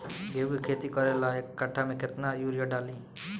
गेहूं के खेती करे ला एक काठा में केतना युरीयाँ डाली?